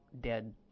dead